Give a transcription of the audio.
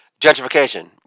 Gentrification